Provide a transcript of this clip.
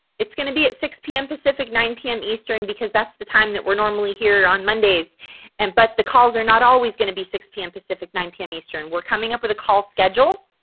it's going to be at six pm pacific nine pm eastern because that's the time that we're normally here on mondays and but the calls are not always going to be six pm pacific nine pm eastern. we're coming up with a call schedule